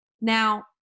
Now